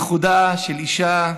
ייחודה, של אישה.